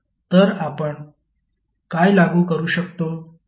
तर आपण काय लागू करू शकतो